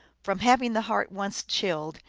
from having the heart once chilled,